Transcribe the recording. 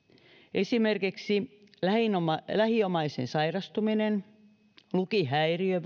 esimerkiksi lähiomaisen lähiomaisen sairastuminen lukihäiriö